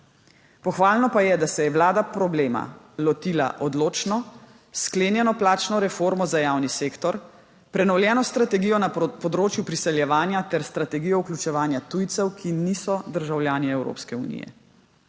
Pohvalno pa je, da se je vlada problema lotila odločno, s sklenjeno plačno reformo za javni sektor, prenovljeno strategijo na področju priseljevanja ter strategijo vključevanja tujcev, ki niso državljani Evropske unije.